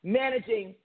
managing